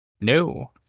No